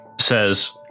says